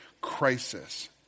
crisis